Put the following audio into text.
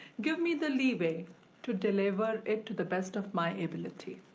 give me the leeway to deliver it to the best of my ability.